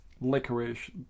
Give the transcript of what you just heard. licorice